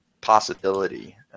possibility